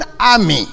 army